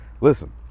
Listen